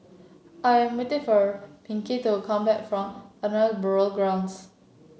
I am waiting for Pinkney to come back from Ahmadiyya Burial Grounds